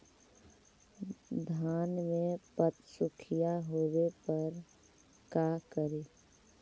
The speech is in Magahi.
धान मे पत्सुखीया होबे पर का करि?